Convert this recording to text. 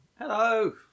Hello